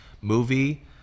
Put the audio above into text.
movie